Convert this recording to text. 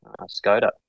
Skoda